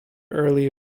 early